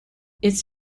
its